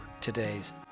today's